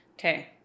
okay